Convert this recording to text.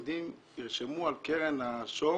שהיהודים ירשמו על קרן השור